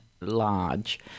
large